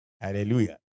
Hallelujah